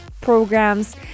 programs